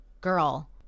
Girl